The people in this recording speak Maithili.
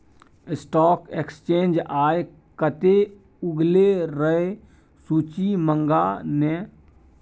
स्टॉक एक्सचेंज आय कते उगलै रै सूची मंगा ने